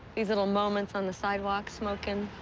these little moments on the sidewalk, smoking,